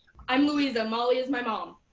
i'm luisa, molly is my mom.